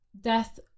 death